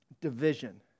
division